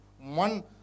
one